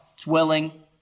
dwelling